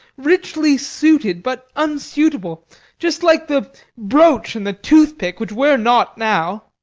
richly suited but unsuitable just like the brooch and the toothpick, which wear not now.